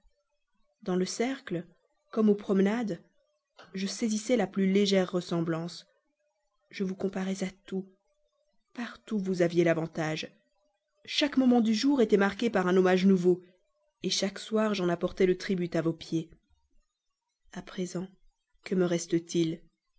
dans le cercle comme aux promenades je saisissais la plus légère ressemblance je vous comparais à tout partout vous aviez l'avantage chaque moment du jour était marqué par un hommage nouveau chaque soir j'en apportais le tribut à vos pieds à présent que me reste-t-il